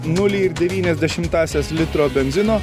nulį ir devynias dešimtasias litro benzino